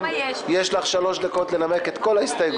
יש לך 3 דקות לנמק את ההסתייגות.